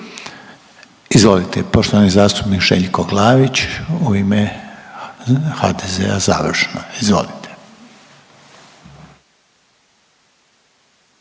Izvolite, poštovani zastupnik Željko Glavić u ime HDZ-a završno. Izvolite.